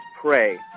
pray